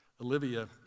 Olivia